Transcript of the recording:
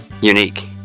unique